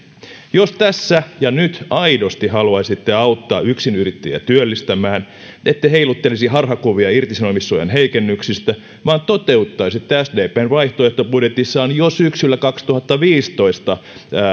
jos tässä ja nyt aidosti haluaisitte auttaa yksinyrittäjiä työllistämään ette heiluttelisi harhakuvia irtisanomissuojan heikennyksistä vaan toteuttaisitte sdpn vaihtoehtobudjetissaan jo syksyllä kaksituhattaviisitoista